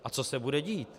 A co se bude dít?